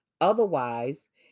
Otherwise